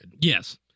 Yes